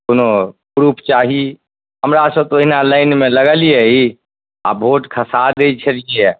कोनो प्रूफ चाही हमरा सब तऽ ओहिना लाइनमे लगलियै आ भोट खसा दै छलियै